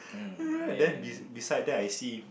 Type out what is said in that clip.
then be beside that I see